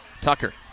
Tucker